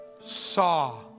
saw